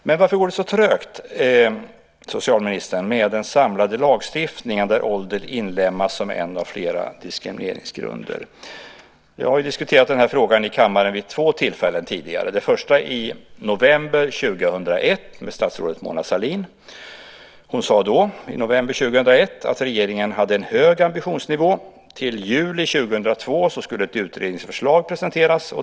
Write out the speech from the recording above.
Men varför går det så trögt, socialministern, med den samlade lagstiftningen där ålder inlemmas som en av flera diskrimineringsgrunder? Jag har diskuterat den här frågan i kammaren vid två tillfällen tidigare. Första gången var i november 2001 då jag diskuterade den med statsrådet Mona Sahlin. Hon sade då att regeringen hade en hög ambitionsnivå. Till juli 2002 skulle ett utredningsförslag presenteras.